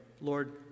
Lord